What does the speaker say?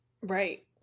Right